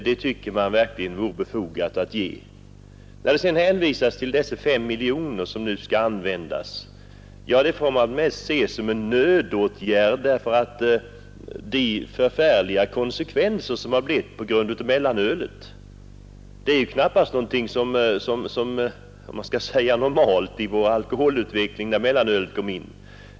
De 5 miljoner kronor som nu skall tas i anspråk för information med anledning av mellanölsfloden får närmast ses som en nödåtgärd på grund av de förfärliga konsekvenser som frisläppandet av mellanölet fått. Införandet av mellanölet kan knappast betraktas som någon normal företeelse i utvecklingen på alkoholområdet.